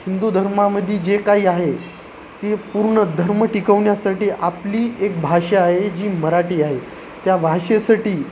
हिंदू धर्मामध्ये जे काही आहे ते पूर्ण धर्म टिकवण्यासाठी आपली एक भाषा आहे जी मराठी आहे त्या भाषेसाठी